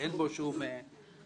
אין בו שום צורך